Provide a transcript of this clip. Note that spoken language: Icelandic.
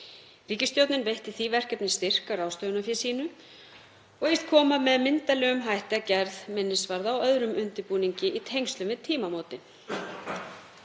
Ríkisstjórnin veitti því verkefni styrk af ráðstöfunarfé sínu og hyggst koma með myndarlegum hætti að gerð minnisvarða og öðrum undirbúningi í tengslum við tímamótin.